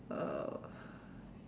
uh